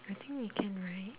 I think we can right